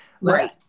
right